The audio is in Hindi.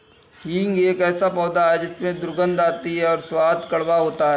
हींग एक ऐसा पौधा है जिसमें दुर्गंध आती है और स्वाद कड़वा होता है